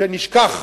שנשכח